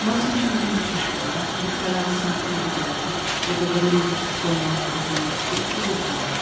mocno się z nich ucieszyła wychwalała smak mego dziada jego gorliwość w pełnieniu obowiązków i dodała